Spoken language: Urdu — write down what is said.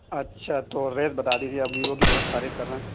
اچھا تو ریٹ بتا دیجیے آپ ویوو کی بہت تعریف کر رہے ہیں